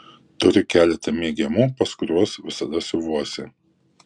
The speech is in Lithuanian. turiu keletą mėgiamų pas kuriuos visada siuvuosi